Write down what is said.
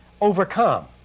overcome